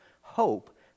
hope